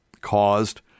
caused